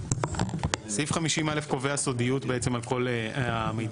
סעיף 50א קובע סודיות בעצם על כל המידע